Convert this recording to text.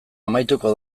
amaituko